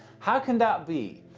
how can that be?